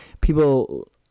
people